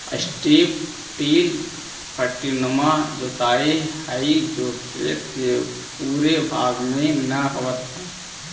strip till पट्टीनुमा जोताई हई जो खेत के पूरे भाग में न होवऽ हई